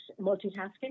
multitasking